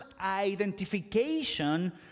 identification